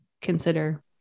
consider